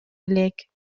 элек